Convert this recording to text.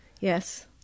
yes